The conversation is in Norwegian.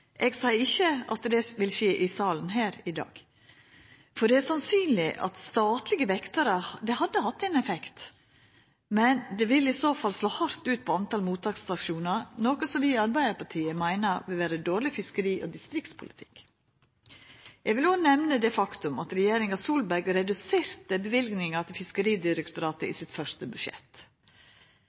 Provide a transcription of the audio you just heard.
Eg seier ikkje at det vil skje i salen her i dag. Det er sannsynleg at statlege vektarar hadde hatt ein effekt, men det vil i så fall slå hardt ut på talet på mottaksstasjonar, noko som vi i Arbeidarpartiet meiner vil vera dårleg fiskeri- og distriktspolitikk. Eg vil òg nemna det faktum at regjeringa Solberg reduserte løyvingane til Fiskeridirektoratet i sitt første budsjett.